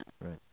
Right